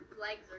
legs